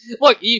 Look